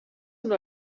una